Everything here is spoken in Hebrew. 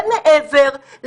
כשנכנסנו לא היה מתווה חזרה,